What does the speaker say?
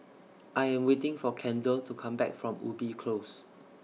I Am waiting For Kendell to Come Back from Ubi Close